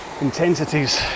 intensities